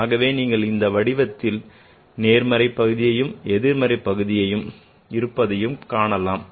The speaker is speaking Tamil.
ஆகவே நீங்கள் இதன் வடிவத்தில் நேர்மறை பகுதியும் எதிர்மறை பகுதியும் இருப்பதை காணலாம்